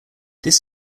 this